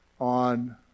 on